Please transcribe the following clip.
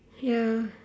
ya